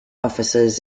offices